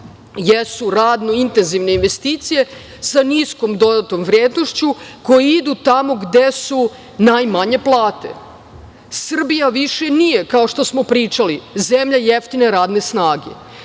jesu radno-intenzivne investicije sa niskom dodatom vrednošću i koji idu tamo gde su najmanje plate. Srbija više nije, kao što smo pričali, zemlja jeftine radne snage